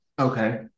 okay